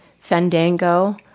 Fandango